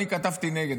אני כתבתי נגד,